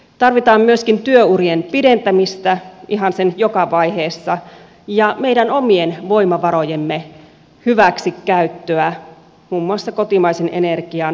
tarvitaan myöskin työurien pidentämistä ihan sen joka vaiheessa ja meidän omien voimavarojemme hyväksikäyttöä muun muassa kotimaisen energian bioenergian suhteen